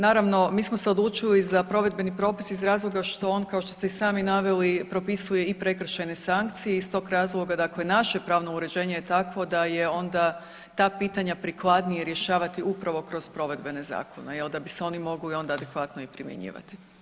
Naravno mi smo se odlučili za provedbeni propis iz razloga što on kao što ste i sami naveli propisuje i prekršajne sankcije i iz tog razloga, dakle naše pravno uređenje je takvo da je onda ta pitanja prikladnije rješavati upravo kroz provedbene zakone jel da bi se oni mogli onda adekvatno i primjenjivati.